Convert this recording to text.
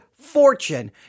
fortune